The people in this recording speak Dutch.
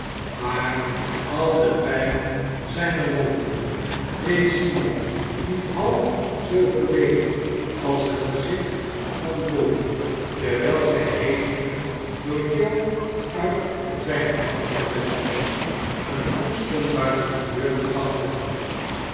maar al depijn ijner wonde deed simon niet half zooveel leed als het gezicht van polly terwijl zij heenging door joe uit zijne macht gered eene koets stond buiten de deur te wachten